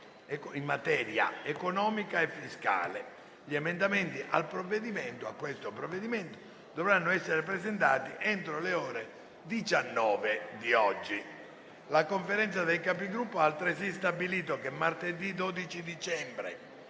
in materia economica e fiscale. Gli emendamenti a tale provvedimento dovranno essere presentati entro le ore 19 di oggi. La Conferenza dei Capigruppo ha altresì stabilito che martedì 12 dicembre,